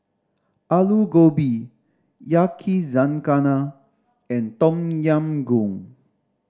Alu Gobi Yakizakana and Tom Yam Goong